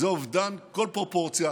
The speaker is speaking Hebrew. זה אובדן כל פרופורציה.